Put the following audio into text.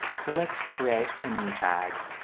so let's create a new tag.